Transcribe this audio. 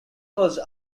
was